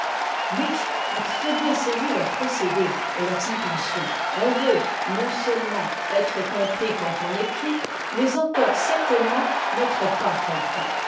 a très bien saisi leur procédé et leurs intentions on veut non seulement être compris quand on écrit mais encore certainement n'être pas compris